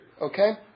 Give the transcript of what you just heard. Okay